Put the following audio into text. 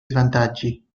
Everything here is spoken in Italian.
svantaggi